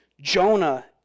Jonah